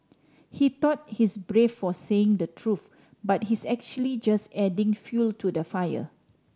he thought he's brave for saying the truth but he's actually just adding fuel to the fire